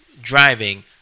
driving